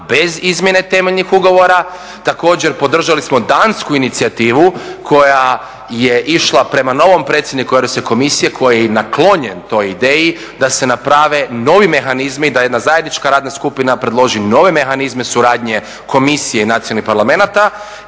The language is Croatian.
bez izmjene temeljnih ugovora. Također podržali smo dansku inicijativu koja je išla prema novom predsjedniku Europske komisije koji je naklonjen toj ideji da se naprave novi mehanizmi i da jedna zajednička radna skupina predloži nove mehanizme suradnje komisije i nacionalnih parlamenata.